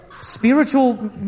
spiritual